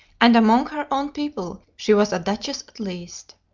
and among her own people she was a duchess at least.